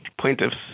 plaintiffs